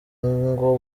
ngo